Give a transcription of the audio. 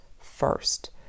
first